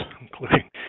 including